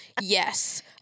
Yes